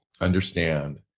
understand